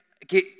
Que